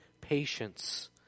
patience